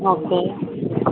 okay